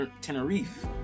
Tenerife